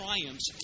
triumphs